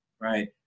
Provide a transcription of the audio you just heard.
right